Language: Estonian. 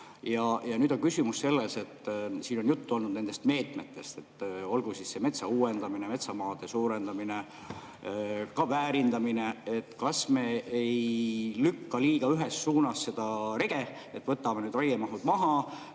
Nüüd on küsimus selles, et kui siin on juttu olnud nendest meetmetest, olgu metsa uuendamine, metsamaade suurendamine, ka väärindamine, siis kas me ei lükka liiga ühes suunas seda rege? Võtame nüüd raiemahud maha,